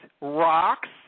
rocks